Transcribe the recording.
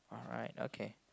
alright okay